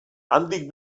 handik